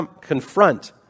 confront